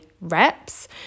reps